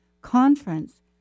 Conference